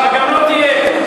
גם לא תהיה.